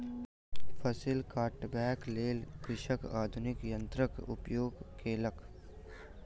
फसिल कटबाक लेल कृषक आधुनिक यन्त्रक उपयोग केलक